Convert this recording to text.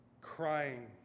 crying